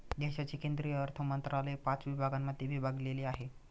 देशाचे केंद्रीय अर्थमंत्रालय पाच विभागांमध्ये विभागलेले आहे